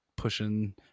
pushing